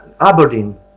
Aberdeen